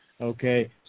Okay